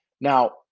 Now